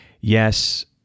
yes